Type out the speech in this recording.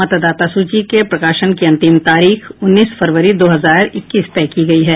मतदाता सूची के प्रकाशन की अंतिम तारीख उन्नीस फरवरी दो हजार इक्कीस तय कर दी है